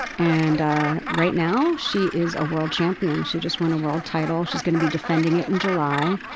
and right now she is a world champion. she just won a world title. she's going to be defending it in july.